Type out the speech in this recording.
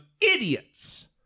idiots